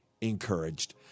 encouraged